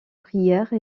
prière